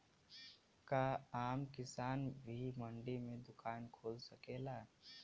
का आम किसान भी मंडी में दुकान खोल सकेला?